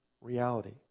reality